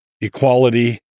equality